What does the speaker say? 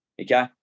okay